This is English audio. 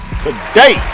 today